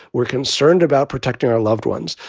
we're concerned about protecting our loved ones.